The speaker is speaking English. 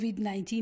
COVID-19